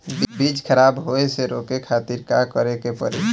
बीज खराब होए से रोके खातिर का करे के पड़ी?